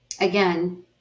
again